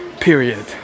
period